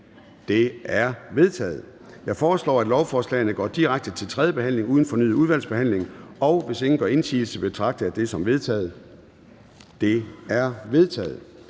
De er vedtaget. Jeg foreslår, at lovforslagene går direkte til tredje behandling uden fornyet udvalgsbehandling. Hvis ingen gør indsigelse, betragter jeg det som vedtaget. Det er vedtaget.